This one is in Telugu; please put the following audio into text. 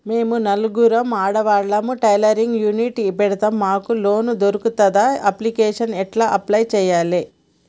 మేము నలుగురం ఆడవాళ్ళం టైలరింగ్ యూనిట్ పెడతం మాకు లోన్ దొర్కుతదా? అప్లికేషన్లను ఎట్ల అప్లయ్ చేయాలే?